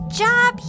job